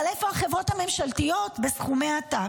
אבל איפה החברות הממשלתיות בסכומי עתק,